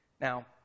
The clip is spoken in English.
Now